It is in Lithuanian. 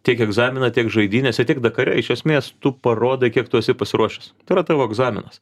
tiek egzaminą tiek žaidynėse tiek dakare iš esmės tu parodai kiek tu esi pasiruošęs tai yra tavo egzaminas